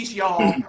y'all